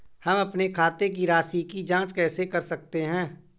हम अपने खाते की राशि की जाँच कैसे कर सकते हैं?